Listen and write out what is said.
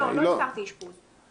לא הזכרתי אשפוז.